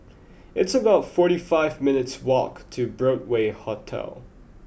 it's about forty five minutes' walk to Broadway Hotel